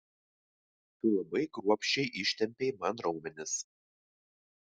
tu labai kruopščiai ištempei man raumenis